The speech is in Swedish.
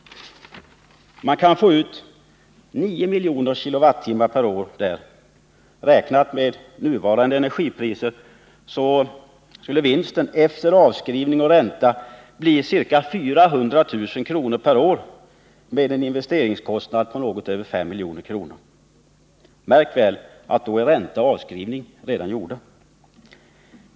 Man kan få ut 9 miljoner kilowattimmar per år. Räknat med nuvarande energipriser skulle vinsten efter avskrivning och räntekostnader bli ca 400 000 kr. per år vid en investeringskostnad på något över 5 milj.kr. Märk väl att då är räntor och avskrivningar redan gjorda.